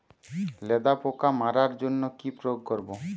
লেদা পোকা মারার জন্য কি প্রয়োগ করব?